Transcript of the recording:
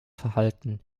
verhalten